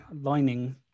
lining